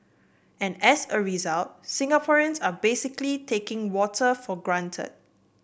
and as a result Singaporeans are basically taking water for granted